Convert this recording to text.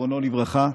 זיכרונו לברכה,